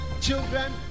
children